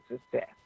success